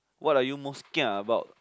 what are you most kia about